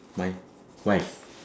my wife